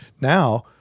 now